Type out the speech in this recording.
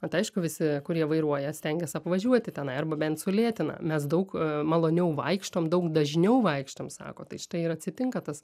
bet aišku visi kurie vairuoja stengias apvažiuoti tenai arba bent sulėtina mes daug maloniau vaikštom daug dažniau vaikštom sako tai štai ir atsitinka tas